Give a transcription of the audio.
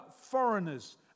foreigners